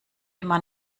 immer